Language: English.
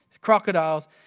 crocodiles